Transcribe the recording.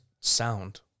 sound